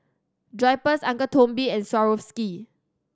Drypers Uncle Toby's and Swarovski